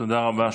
תודה רבה.